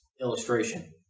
illustration